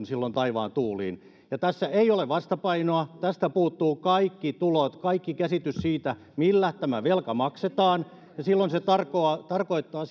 silloin taivaan tuuliin ja tässä ei ole vastapainoa tästä puuttuvat kaikki tulot kaikki käsitys siitä millä tämä velka maksetaan ja silloin se tarkoittaa tarkoittaa